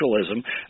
socialism